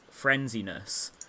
frenziness